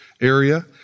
area